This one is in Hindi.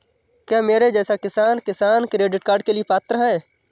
क्या मेरे जैसा किसान किसान क्रेडिट कार्ड के लिए पात्र है?